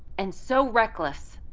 and so reckless.